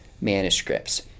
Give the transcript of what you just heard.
manuscripts